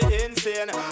insane